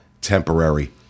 temporary